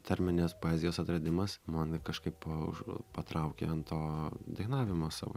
tarminės poezijos atradimas man kažkaip už patraukė ant to dainavimo savo